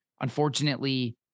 unfortunately